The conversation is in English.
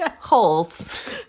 Holes